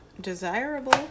Desirable